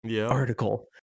article